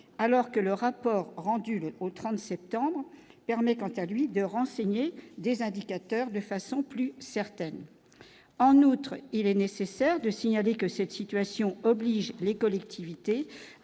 alors que le rapport rendu au 30 septembre permet quant à lui, de renseigner des indicateurs de façon plus, en outre, il est nécessaire de signaler que cette situation oblige les collectivités